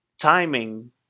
timing